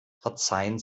verzeihen